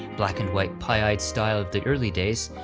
black and white, pie-eye style of the early days,